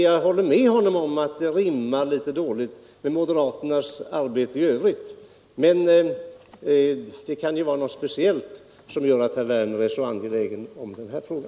Jag håller med honom om att det rimmar dåligt med moderaternas arbetssätt i övrigt, men det kan ju vara något speciellt som gör att herr Werner är så angelägen om denna fråga.